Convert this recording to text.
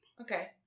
Okay